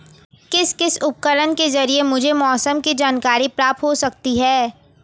किस किस उपकरण के ज़रिए मुझे मौसम की जानकारी प्राप्त हो सकती है?